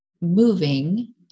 moving